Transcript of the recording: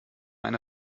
eine